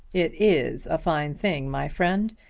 it is a fine thing, my friend,